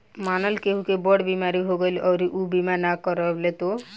मानल केहु के बड़ बीमारी हो गईल अउरी ऊ बीमा नइखे करवले